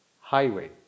highway